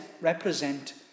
represent